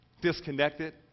disconnected